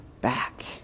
back